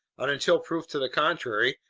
and until proof to the contrary,